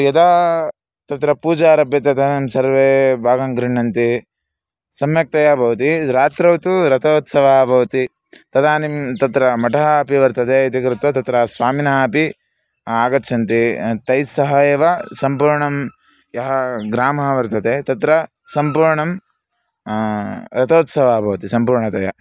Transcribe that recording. यदा तत्र पूजा आरभ्यते तदानीं सर्वे भागं गृह्णन्ति सम्यक्तया भवति रात्रौ तु रथोत्सवः भवति तदानीं तत्र मठम् अपि वर्तते इति कृत्वा तत्र स्वामिनः अपि आगच्छन्ति तैस्सह एव सम्पूर्णं यः ग्रामः वर्तते तत्र सम्पूर्णं रथोत्सवः भवति सम्पूर्णतया